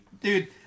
dude